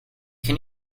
can